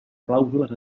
clàusules